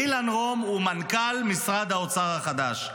אילן רום הוא מנכ"ל משרד האוצר החדש.